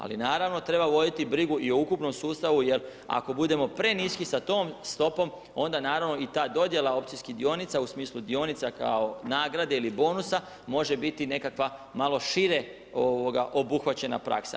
Ali naravno treba voditi brigu i o ukupnom sustavu jer ako budemo preniski sa tom stopom onda naravno i ta dodjela opcijskih dionica u smislu dionica kao nagrade ili bonusa može biti nekakva malo šire obuhvaćena praksa.